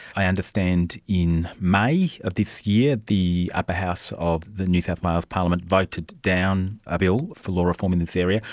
i understand in may of this year the upper house of the new south wales parliament voted down a bill for law reform in this area.